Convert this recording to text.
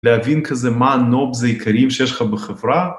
‫להבין כזה מה הgnobs העיקרים ‫שיש לך בחברה.